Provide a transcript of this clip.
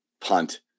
punt